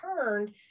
turned